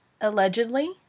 Allegedly